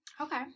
Okay